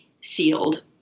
sealed